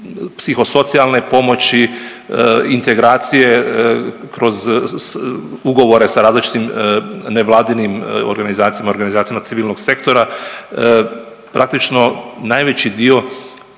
psihosocijalne pomoći, integracije kroz udruge sa različitim nevladinim organizacijama, organizacijama civilnog sektora. Praktično najveći dio